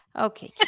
Okay